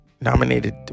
nominated